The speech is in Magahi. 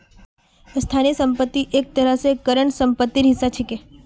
स्थाई संपत्ति एक तरह स करंट सम्पत्तिर हिस्सा छिके